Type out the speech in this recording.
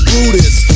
Buddhist